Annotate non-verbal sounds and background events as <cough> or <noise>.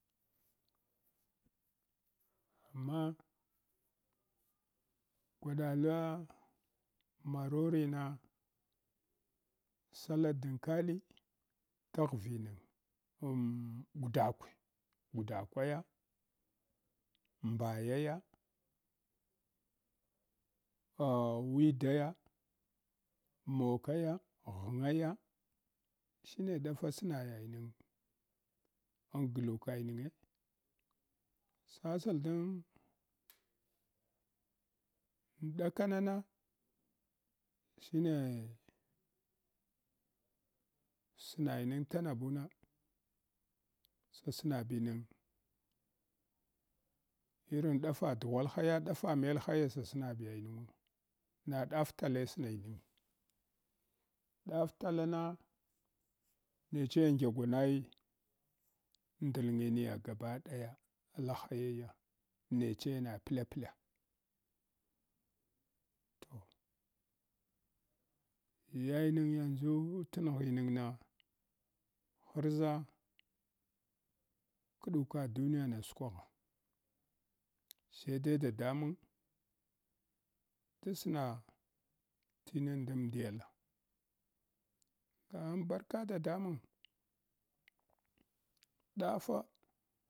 Amma gwaɗala marorina sala dinkahi tahving <hesitation> guding angluddkwa ya, mboyaya ah windaya mokaya ghinyaye shine dafa sanyayang an glukainge anglukainge sasal dang dakamang shine snaing tana buna sasnabinig irin dafa dughwalhaya ɗafa melhaya sa sininbiya yingu na ɗaf tale sanying. Ɗaf tala na nechiya ndqaghwanai ndilginga gabadaya alahayaya nechaya na pita pita. To yaying yanʒu tinghingas harʒa kduka duniyana skwagh saide dadamang tesna tinuda mdiyala ah ambarka dadamung ɗafa.